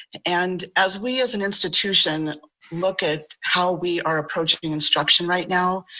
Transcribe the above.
and as we as an institution look at how we are approaching instruction right now,